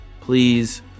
Please